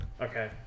Okay